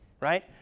right